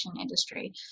industry